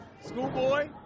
schoolboy